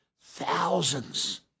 thousands